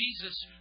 Jesus